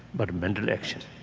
but mental action.